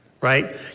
right